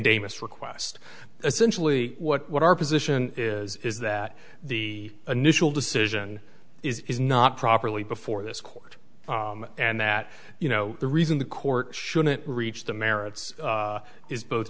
amus request essentially what our position is is that the initial decision is not properly before this court and that you know the reason the court shouldn't reach the merits is both